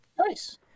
nice